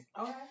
Okay